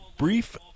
brief